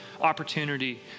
opportunity